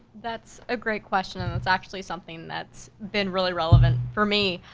that's a great question, and that's actually something that's been really relevant for me,